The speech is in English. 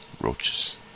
roaches